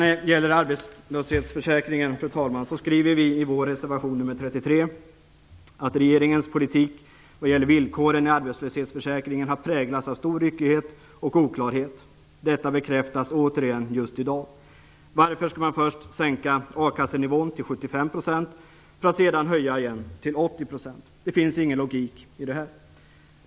Angående arbetslöshetsförsäkringen skriver vi i vår reservation nr 33 att regeringens politik när det gäller villkoren för arbetslöshetsförsäkringen har präglats av stor ryckighet och oklarhet. Detta bekräftas återigen just i dag. Varför skall man först sänka a-kassenivån till 75 % för att sedan höja den igen till 80 %? Det finns ingen logik i detta.